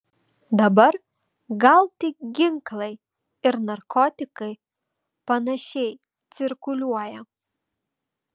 dabar gal tik ginklai ir narkotikai panašiai cirkuliuoja